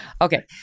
Okay